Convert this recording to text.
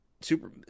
super